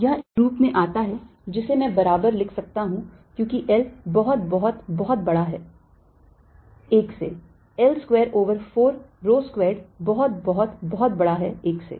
यह इस रूप में आता है जिसे मैं बराबर लिख सकता हूं क्योंकि L बहुत बहुत बहुत बड़ा है 1 से L square over 4 rho squared बहुत बहुत बहुत बड़ा है 1 से